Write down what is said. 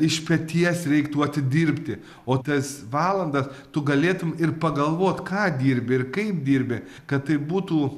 iš peties reiktų atidirbti o tas valandas tu galėtum ir pagalvot ką dirbi ir kaip dirbi kad tai būtų